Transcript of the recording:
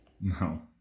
No